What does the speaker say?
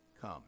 come